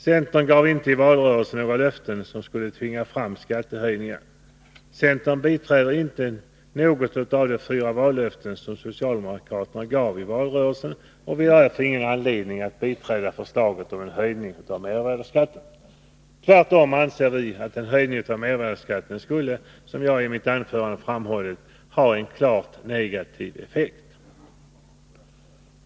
Centern gav inte i valrörelsen några löften som kunde tvinga fram skattehöjningar. Centern biträder inte något av de fyra vallöften som socialdemokraterna gav i valrörelsen, och därför har centern ingen anledning att biträda förslaget om en höjning av mervärdeskatten. Tvärtom anser vi att en höjning av mervärdeskatten skulle ha, som jag framhållit i mitt anförande, ha en klart negativ effekt.